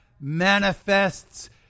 manifests